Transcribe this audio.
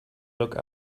look